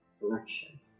direction